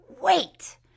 wait